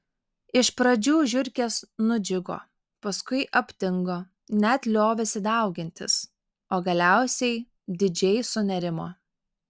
iš pradžių žiurkės nudžiugo paskui aptingo net liovėsi daugintis o galiausiai didžiai sunerimo